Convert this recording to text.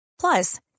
plus